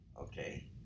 Okay